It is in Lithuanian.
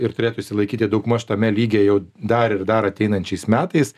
ir turėtų išsilaikyti daugmaž tame lygyje jau dar ir dar ateinančiais metais